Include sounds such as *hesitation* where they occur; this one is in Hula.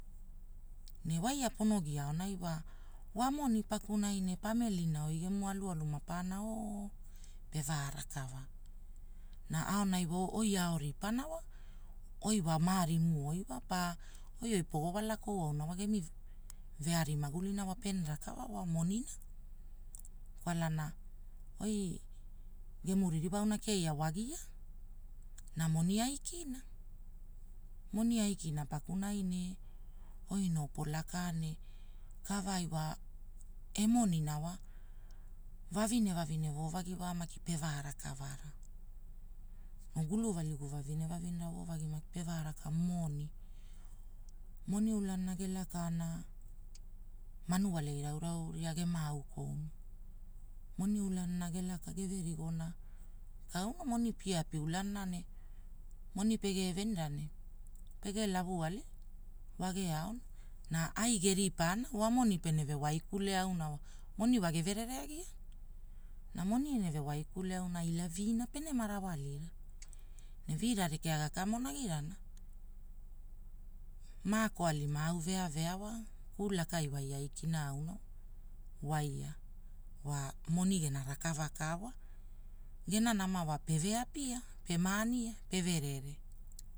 Ne waia pono gia aonai wa, wa moni pakunai ne pamilina oi gemu alualu mapana *hesitation* pavea rakava. Na aonai wo oi ao ripana wa, oi wa marimu oi wa pa, oi oi pogo walakou auna gemi, vearo magulina wa pene rakava wa monina. Kwalana, oi, gemu ririwa auna keia wagia. Na moni aikina, moni aikina pakunai ne, oi noo polaka ne kavaai wa, e monina wa, vavine vavine woo vagi wa makib pevea rakavara. Gulu valigu vavine vavinera woo vagi maki pevea rakavara moni. Moni ulana gelakana, manuale irau irau ria gemaauna. Moni ulanana gelaka geverigona, kau na wa moni pie api ulanana ne, moni pegere venira ne, pege lavu ali, wage aona. Na ai geripana wa moni peneve waikule auna wa, moni wa geverere agiana. Na moni ene vewaikule aura wa ila viina penema rawalira. Vira rekea gakamonagirana. Maoko ali maau veavea wa, kulakaiwai aikina auna, waia. Wa moni gena rakava ka wa, gena nama wa peve apia, pema ania, peve verere.